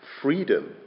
freedom